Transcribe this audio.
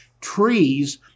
trees